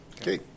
Okay